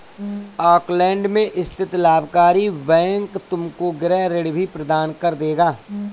Auckland में स्थित लाभकारी बैंक तुमको गृह ऋण भी प्रदान कर देगा